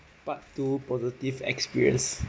part two positive experience